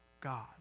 God